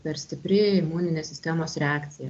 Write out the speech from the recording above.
per stipri imuninė sistemos reakcija